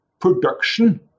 production